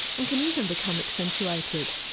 and can even become accentuated.